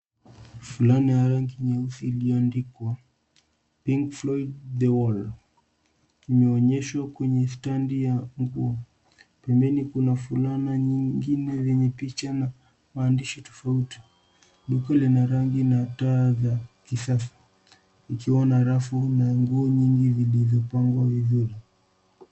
Fulana ya rangi nyeusi iliyoadikwa Pink Floyd The Wall imeonyeshwa kwenye standi ya nguo. Pembeni kuna fulana nyengine zenye picha na maadishi tofauti. Duka linarangi na taa za kisasa ikiwa na rafu na nguo nyingi zilizopagwa vizuri.